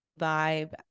vibe